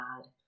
God